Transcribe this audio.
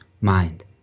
mind